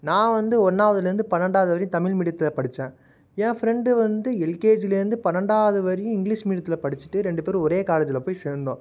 நான் வந்து ஒன்னாவுதுலேருந்து பன்னெண்டாவது வரைக்கும் தமிழ் மீடியத்தில் படித்தேன் என் ஃப்ரெண்டு வந்து எல்கேஜிலேருந்து பன்னெண்டாவது வரையும் இங்கிலிஷ் மீடியத்தில் படிச்சுட்டு ரெண்டு பேரும் ஒரே காலேஜில் போய் சேர்ந்தோம்